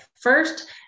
First